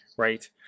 Right